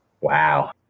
Wow